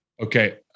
Okay